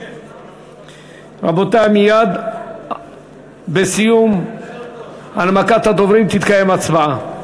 רבותי, מייד בסיום הנמקת הדוברים תתקיים הצבעה.